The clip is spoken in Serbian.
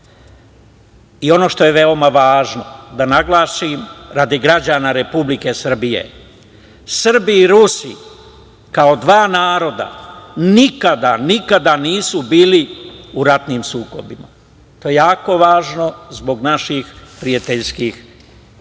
škola. Ono što je veoma važno da naglasim radi građana Republike Srbije, Srbi i Rusi, kao dva naroda, nikada nisu bili u ratnim sukobima. To je jako važno zbog naših prijateljskih odnosa.